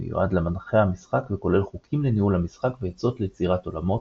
שמיועד למנחה המשחק וכולל חוקים לניהול המשחק ועצות ליצירת עולמות,